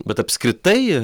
bet apskritai